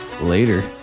Later